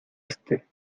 éste